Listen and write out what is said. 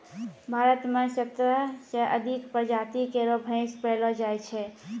भारत म सत्रह सें अधिक प्रजाति केरो भैंस पैलो जाय छै